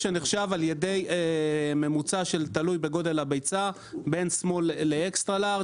שמחושב על ידי ממוצע גודל הביצה, בין S ל-XL.